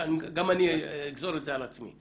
גם אני אגזור את זה על עצמי.